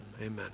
Amen